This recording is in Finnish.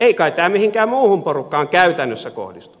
ei kai tämä mihinkään muuhun porukkaan käytännössä kohdistu